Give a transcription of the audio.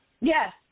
Yes